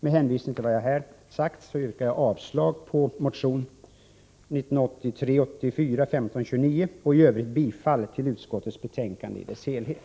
Med hänvisning till vad jag här sagt yrkar jag avslag på motion 1983/84:1529 och bifall till utskottets hemställan i dess helhet.